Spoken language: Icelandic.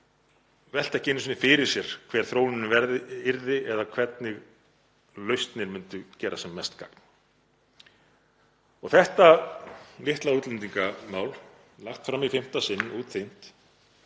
velta því ekki einu sinni fyrir sér hver þróunin yrði eða hvernig lausnir myndu gera sem mest gagn? Þetta litla útlendingamál, lagt fram í fimmta sinn útþynnt,